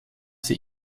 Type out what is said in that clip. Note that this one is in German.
sie